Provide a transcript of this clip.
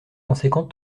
conséquent